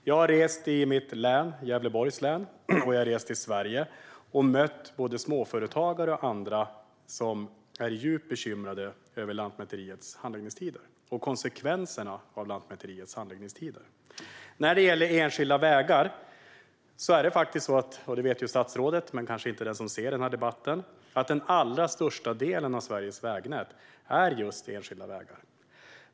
Jag har rest runt i mitt hemlän, Gävleborgs län, och i resten av Sverige, och jag har mött både småföretagare och andra som är djupt bekymrade över Lantmäteriets handläggningstider och konsekvenserna av dem. När det gäller enskilda vägar - det här vet statsrådet men kanske inte den som ser den här debatten - är den allra största delen av Sveriges vägnät just enskilda vägar.